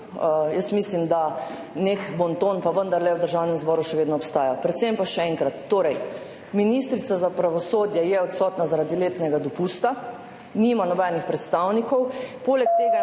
Mislim, da nek bonton pa vendarle v Državnem zboru še vedno obstaja. Predvsem pa še enkrat, ministrica za pravosodje je odsotna zaradi letnega dopusta, nima nobenih predstavnikov, poleg tega